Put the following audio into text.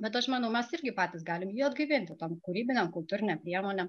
bet aš manau mes irgi patys galim jį atgaivinti tom kūrybinėm kultūrinėm priemonėm